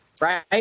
right